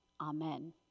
Amen